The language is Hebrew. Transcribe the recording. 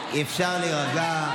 אפשר להירגע.